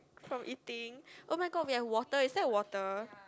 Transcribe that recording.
from eating oh my god we have water is that water